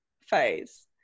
phase